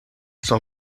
s’en